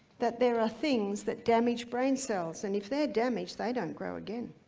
that there are things that damage brain cells, and if they're damaged they don't grow again,